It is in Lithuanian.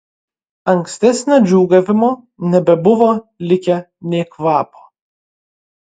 ankstesnio džiūgavimo nebebuvo likę nė kvapo